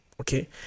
okay